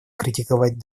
критиковать